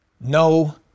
No